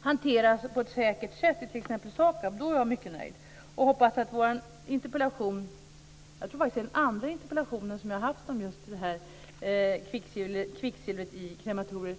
hanteras på ett säkert sätt hos t.ex. SAKAB? Då är jag mycket nöjd och hoppas att den här interpellationen kan ses som ett steg framåt. Jag tror faktiskt att det är den andra interpellationen som jag har skrivit om kvicksilvret i krematorier.